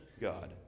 God